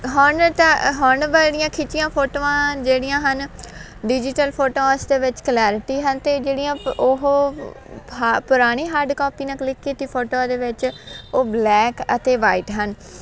ਹੁਣ ਤਾਂ ਹੁਣ ਬੜੀਆਂ ਖਿੱਚੀਆਂ ਫੋਟੋਆਂ ਜਿਹੜੀਆਂ ਹਨ ਡਿਜੀਟਲ ਫੋਟੋਸ ਦੇ ਵਿੱਚ ਕਲੈਰਟੀ ਹਨ ਅਤੇ ਜਿਹੜੀਆਂ ਉਹ ਹਾਂ ਪੁਰਾਣੇ ਹਾਰਡ ਕਾਪੀ ਨਾਲ ਕਲਿੱਕ ਕੀਤੀ ਫੋਟੋ ਦੇ ਵਿੱਚ ਉਹ ਬਲੈਕ ਅਤੇ ਵਾਈਟ ਹਨ